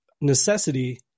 necessity